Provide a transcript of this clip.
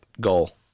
goal